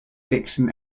dixon